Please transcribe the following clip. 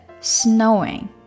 snowing